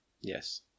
Yes